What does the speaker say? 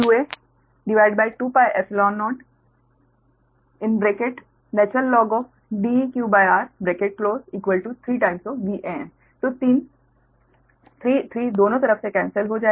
तो 3 3 दोनों तरफ से कैन्सल हो जाएगा